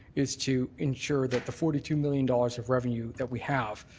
is to ensure that the forty two million dollars of revenue that we have,